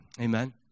Amen